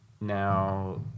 now